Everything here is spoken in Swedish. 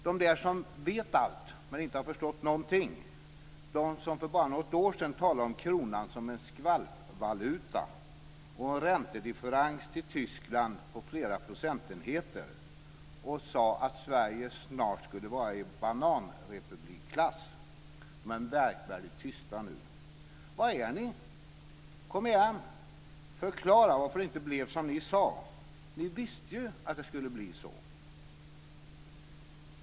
De där som vet allt men inte har förstått någonting, de som för bara något år sedan talade om kronan som en "skvalpvaluta" och en räntedifferens till Tyskland på flera procentenheter, och som sade att Sverige snart skulle vara i "bananrepublikklass", är märkvärdigt tysta nu. Var är ni? Kom igen! Förklara varför det inte blev så som ni sade! Ni visste ju att det skulle bli så.